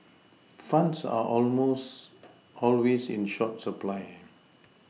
funds are almost always in short supply